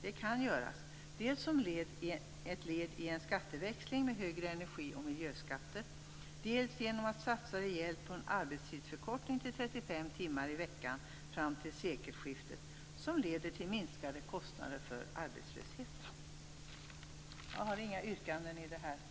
Det kan göras dels som ett led i en skatteväxling med högre energi och miljöskatter, dels genom att man satsar rejält på en arbetstidsförkortning till 35 timmar i veckan fram till sekelskiftet, vilket leder till minskade kostnader för arbetslösheten. Jag har inga yrkanden under denna avdelning.